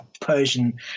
Persian